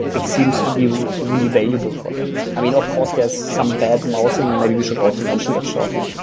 it it seems to be really valuable for them. um you know of course, there's some bad mouthing. maybe we should also mention that short line,